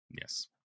yes